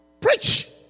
Preach